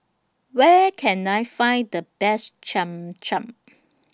Where Can I Find The Best Cham Cham